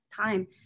time